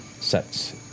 sets